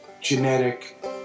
genetic